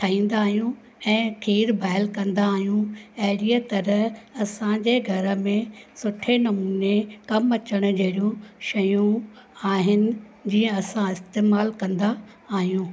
ठाहींदा आहियूं ऐं खीरु बॉइल कंदा आहियूं अहिड़ीअ तरहि असांजे घर में सुठे नमूने कमु अचणु जहिड़ियूं शयूं आहिनि जीअं असां इस्तेमालु कंदा आहियूं